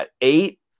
eight